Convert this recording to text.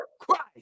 Christ